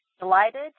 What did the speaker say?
Delighted